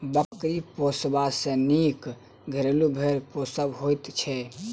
बकरी पोसबा सॅ नीक घरेलू भेंड़ पोसब होइत छै